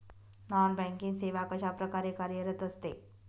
Non banking सेवा कशाप्रकारे कार्यरत असते?